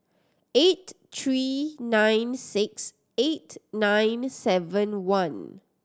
eight three nine six eight nine seven one